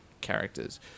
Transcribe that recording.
characters